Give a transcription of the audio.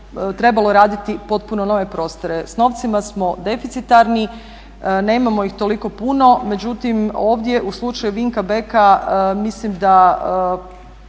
trebalo raditi potpuno nove prostore. S novcima smo defiticitarni, nemamo ih toliko puno međutim ovdje u slučaju Vinka Beka mislim da